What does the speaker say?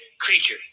creature